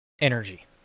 energy